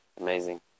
amazing